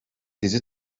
dizi